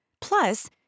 Plus